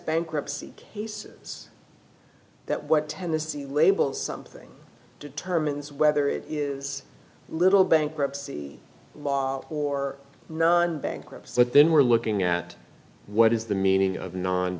bankruptcy cases that what tennessee label something determines whether it is little bankruptcy or non bankruptcy but then we're looking at what is the meaning of non